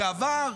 לשעבר.